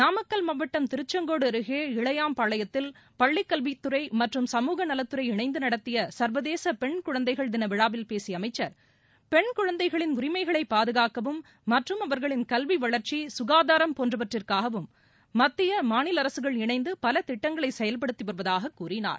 நாமக்கல் மாவட்டம் திருச்செங்கோடு அருகே இளையாம்பாளையத்தில் பள்ளி கல்வித்துறை மற்றும் சமூகநலத் துறை இணைந்து நடத்திய சர்வதேச பென் குழந்தைகள் தின விழாவில் பேசிய அமைச்சர் பெண் குழந்தைகளின் உரிமைகளைப் பாதுகாக்கவும் மற்றும் அவர்களின் கல்வி வளர்ச்சி சுகாதாரம் போன்றவற்றிற்காகவும் மத்திய மாநில அரசுகள் இணைந்து பல திட்டங்களை செயல்படுத்தி வருவதாகவும் கூறினார்